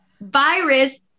virus